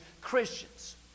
Christians